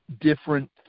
different